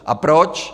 A proč?